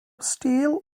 steele